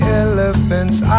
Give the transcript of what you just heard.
elephant's